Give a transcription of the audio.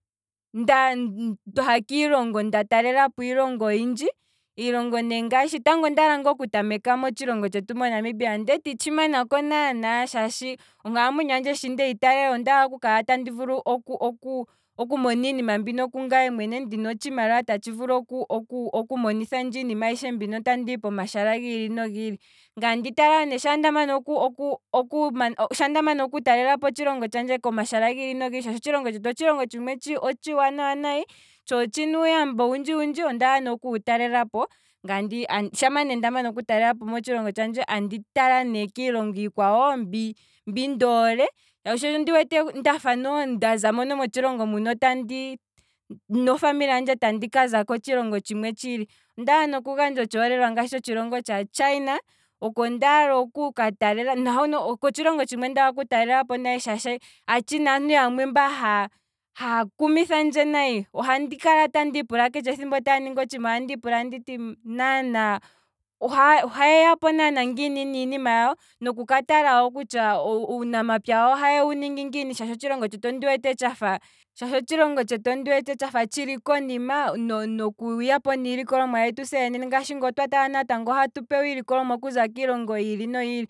Ndaa, twaha nda talela po iilongo oyindji, iilongo ngaashi, tango ondaala ngaa oku tameka motshilongo tshetu namibia ndele tandi tshi manako naana, shaashi onkalamwenyo handje shi ndehi tala, ondehi taalela ondaala oku kala tandi vulu okumona iinima mbika ku ngaye mwene. ndina otshimaliwa tatshi vulu oku- oku- oku monithandje iinima mbika tandi hi pomashala giili nogiili, ngaye andi tala ne, sha ndamana oku- oku- okutala lelapo otshilongo tshandje komashala giili nogiili, shaashi otshilongo tshetu otshilongo tshiwanawa, tsho otshina uuyamba owundji wundji. ondaala ne okuwu talelapo, shaa ne ndamana motshilongo tshetu, ngaye tandi tala iilongo mbi ndi hole, shaashi ondafa nale ndi wete nda zamo nomotshilongo muno nofamily handje andika za kotshilongo tshimwe tshiili, ondaala ne okugandja otshi holelwa. ngaashi otshilongo tsha china, otsho otshilongo tshimwe ndaala okuka talelapo uunene shaashi achina aantu yamwe mba haya kumithandje nayi, ohandi kala tandi ipula keshe ethimbo taya ningi otshiima ohandi kala andi ipula kutya naana ohaye yapo naana ngiinin niinima yawo, noku katala wo kutya, uunamapya wawo ohaye wuningi naana ngiini shaashi otshilongo tshetu ondi wete tshafa tshili konima, nokuya po niilikolomwa yetu, shaashi nge otwa tala ohatu pewa iilikolomwa okuza kiilongo yiili noyiili